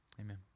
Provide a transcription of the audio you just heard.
amen